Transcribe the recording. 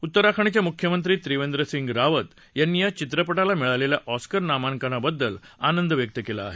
उत्तराखंडचे मुख्यमंत्री त्रिवेंद्रसिंग रावत यांनी या चित्रपटाला मिळालेला ऑस्कर नामांकनाबद्दल आनंद व्यक्त केला आहे